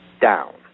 down